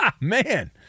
man